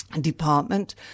department